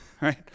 right